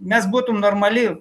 mes būtum normali